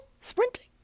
Sprinting